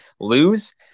lose